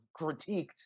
critiqued